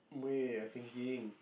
wait I thinking